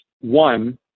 One